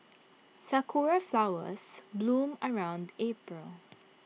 Sakura Flowers bloom around April